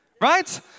Right